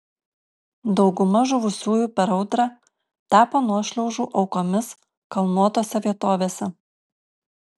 dauguma žuvusiųjų per audrą tapo nuošliaužų aukomis kalnuotose vietovėse